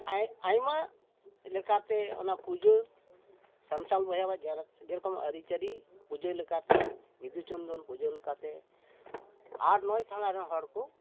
ᱟᱭᱢᱟ ᱞᱮᱠᱟᱛᱮ ᱚᱱᱟ ᱯᱩᱡᱟᱹ ᱥᱟᱱᱛᱟᱲ ᱵᱚᱭᱦᱟᱣᱟᱜ ᱡᱟᱭᱜᱟ ᱡᱮᱨᱚᱠᱚᱢ ᱟᱹᱨᱤᱪᱟᱹᱞᱤ ᱯᱩᱡᱟᱹ ᱞᱮᱠᱟᱛᱮ ᱵᱤᱫᱩ ᱪᱟᱸᱫᱟᱱ ᱯᱩᱡᱟᱹ ᱞᱮᱠᱟᱛᱮ ᱟᱨ ᱟᱴ ᱱᱚᱭ ᱛᱷᱟᱱᱟ ᱨᱮᱱ ᱦᱚᱲ ᱠᱚ